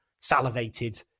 salivated